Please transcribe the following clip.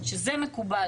שזה מקובל,